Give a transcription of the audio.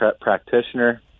practitioner